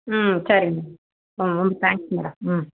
ம் சரி மேம் ம் ரொம்ப தேங்க்ஸ் மேடம் ம்